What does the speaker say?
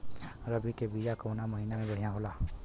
रबी के बिया कवना महीना मे बढ़ियां होला?